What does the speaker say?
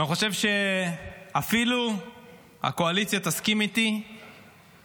אני חושב שאפילו הקואליציה תסכים איתי שהיו